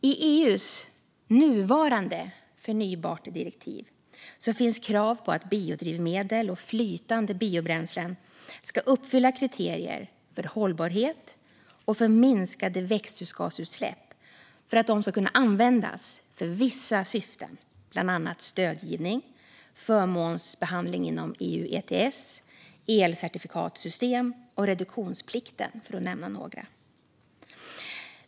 I EU:s nuvarande förnybartdirektiv finns krav på att biodrivmedel och flytande biobränslen ska uppfylla kriterier för hållbarhet och för minskade växthusgasutsläpp för att de ska kunna användas för vissa syften, bland annat stödgivning, förmånsbehandling inom EU ETS, elcertifikatsystem och reduktionsplikten, för att nämna några.